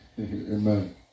amen